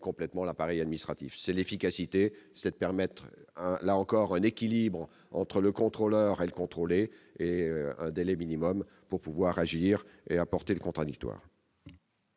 complètement l'appareil administratif, c'est l'efficacité cette permettre là encore un équilibre entre le contrôleur et le contrôlé et un délai minimum pour pouvoir agir et importer contradictoire.